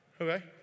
Okay